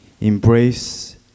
Embrace